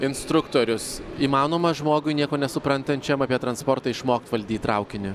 instruktorius įmanoma žmogui nieko nesuprantančiam apie transportą išmokt valdyt traukinį